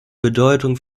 bedeutung